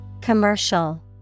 Commercial